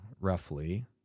roughly